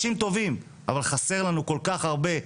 אבל חסר לנו כל כך הרבה.